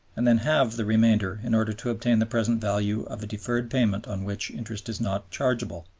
and then halve the remainder in order to obtain the present value of a deferred payment on which interest is not chargeable.